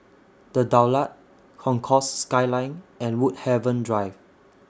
The Daulat Concourse Skyline and Woodhaven Drive